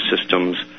systems